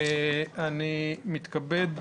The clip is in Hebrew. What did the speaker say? אני מתכבד